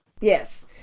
Yes